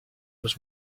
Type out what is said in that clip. was